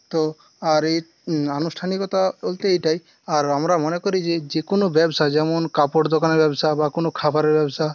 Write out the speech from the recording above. তো আর এই আনুষ্ঠানিকতা বলতে এটাই আর আমরা মনে করি যে যে কোনো ব্যবসা যেমন কাপড়ের দোকানের ব্যবসা বা কোন খাবারের ব্যবসা